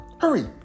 Hurry